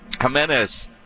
Jimenez